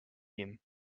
him